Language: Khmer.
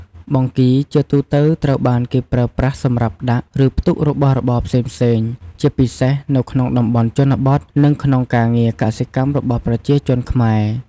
បង្គីជាទូទៅត្រូវបានគេប្រើប្រាស់សម្រាប់ដាក់ ឬផ្ទុករបស់របរផ្សេងៗ ជាពិសេសនៅក្នុងតំបន់ជនបទ និងក្នុងការងារកសិកម្មរបស់ប្រជាជនខ្មែរ។